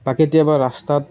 বা কেতিয়াবা ৰাস্তাত